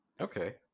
Okay